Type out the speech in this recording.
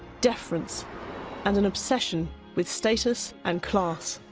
deference and an obsession with status and class.